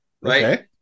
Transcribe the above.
Right